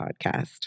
Podcast